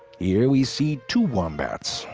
here we see two wombats,